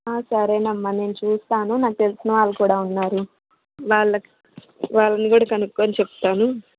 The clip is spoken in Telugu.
సరేనమ్మ నేను చూస్తాను నాకు తెలిసిన వాళ్లు కూడా ఉన్నారు వాళ్ళకి వాళ్ళని కూడా కనుక్కొని చెప్తాను